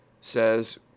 says